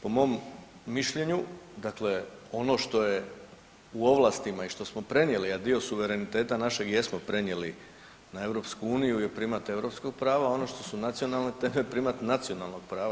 Po mom mišljenju dakle ono što je u ovlastima i što smo prenijeli jedan dio suvereniteta našeg jesmo prenijeli na EU i primat europskog prava ono što su nacionalne teme primat nacionalnog prava.